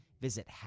Visit